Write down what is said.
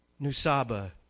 Nusaba